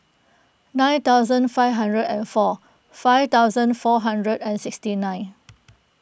nine thousand five hundred and four five thousand four hundred and sixty nine